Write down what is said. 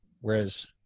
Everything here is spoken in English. whereas